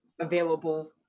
available